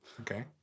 Okay